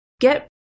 get